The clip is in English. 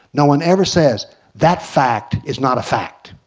no one ever says that fact is not a fact.